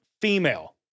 female